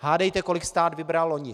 Hádejte, kolik stát vybral loni.